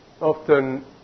often